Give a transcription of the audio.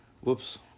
Whoops